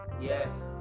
yes